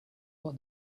what